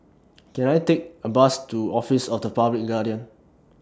Can I Take A Bus to Office of The Public Guardian